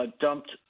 dumped